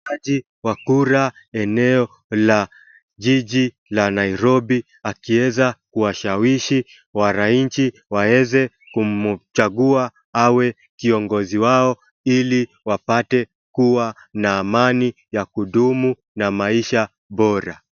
Mpigaji wa kura eneo la jiji la Nairobi akieza kuwashawishi wananchi waweze kumchagua awe kiongozi wao ili wapate kuwa na amani ya kudumu na maisha bora .